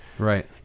Right